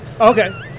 Okay